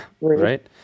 right